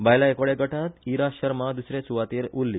बायला एकोडया गटात इरा शर्मा दुसरे सुवातेर उरली